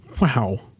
Wow